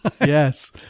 Yes